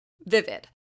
vivid